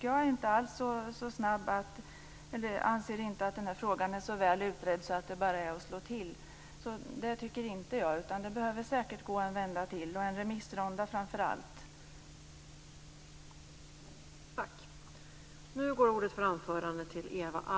Jag anser inte att den här frågan är så väl utredd att det bara är att slå till. Det behövs säkert en vända till, framför allt en remissrunda.